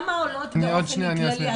כמה עולות באופן כללי,